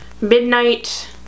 Midnight